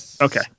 Okay